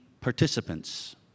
participants